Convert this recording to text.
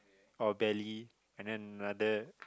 or belly and then another